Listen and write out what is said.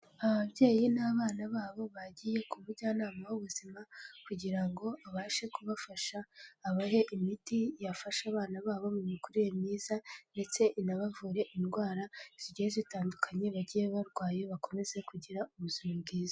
Ababyeyi n'abana babo bagiye ku mujyanama w'ubuzima kugira ngo abashe kubafasha, abahe imiti yafasha abana babo mu mikurire myiza, ndetse inabavure indwara zigiye zitandukanye bagiye barwaye, bakomeze kugira ubuzima bwiza.